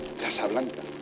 Casablanca